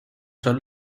son